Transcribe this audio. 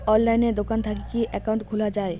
অনলাইনে দোকান থাকি কি একাউন্ট খুলা যায়?